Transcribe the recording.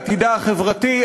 עתידה החברתי,